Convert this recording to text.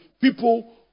people